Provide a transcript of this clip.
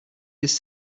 this